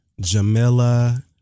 Jamila